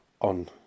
on